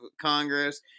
Congress